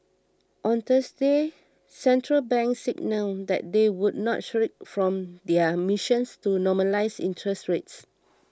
on Thursday central banks signalled that they would not shirk from their missions to normalise interest rates